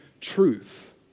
truth